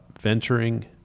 venturing